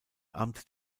amt